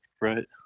Right